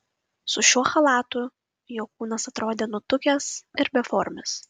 su šiuo chalatu jo kūnas atrodė nutukęs ir beformis